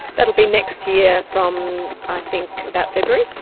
that will be next year from i think about february.